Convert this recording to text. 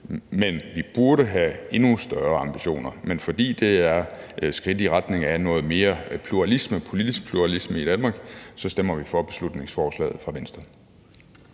men vi burde have endnu større ambitioner. Men fordi det er et skridt i retning af noget mere politisk pluralisme i Danmark, stemmer vi for beslutningsforslaget fra Venstre.